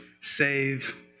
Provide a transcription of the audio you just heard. save